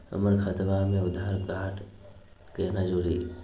हमर खतवा मे आधार कार्ड केना जुड़ी?